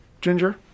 Ginger